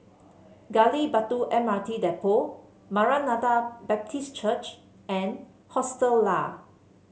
Gali Batu M R T Depot Maranatha Baptist Church and Hostel Lah